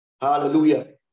Hallelujah